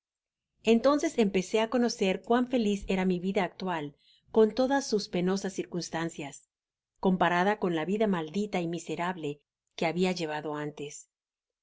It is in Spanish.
entonces empecé á conocer cuan feliz era mi vida actual con todas sus penosas circunstancias comparada con la vida maldita y miserable que habia llevado antes en